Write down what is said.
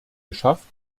geschafft